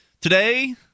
Today